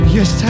Yes